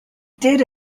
did